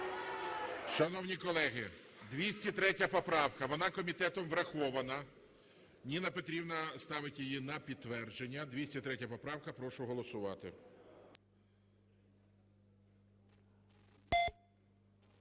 Шановні колеги, 203 поправка, вона комітетом врахована. Ніна Петрівна ставить її на підтвердження. 203 поправка. Прошу голосувати.